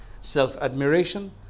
self-admiration